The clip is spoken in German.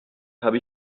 habe